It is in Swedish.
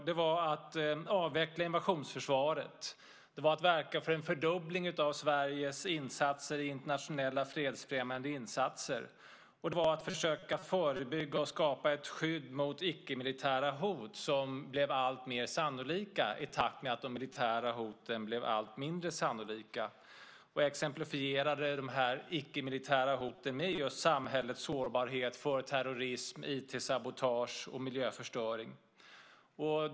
Det var att avveckla invasionsförsvaret, att verka för en fördubbling av Sveriges insatser i internationella fredsfrämjande insatser och att försöka förebygga och skapa ett skydd mot icke-militära hot som blev alltmer sannolika i takt med att de militära hoten blev allt mindre sannolika. Jag exemplifierade de icke-militära hoten med just samhällets sårbarhet för terrorism, IT-sabotage och miljöförstöring.